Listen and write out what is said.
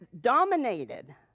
dominated